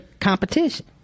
competition